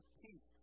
peace